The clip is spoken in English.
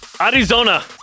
Arizona